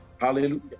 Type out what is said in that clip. hallelujah